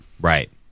right